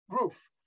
roof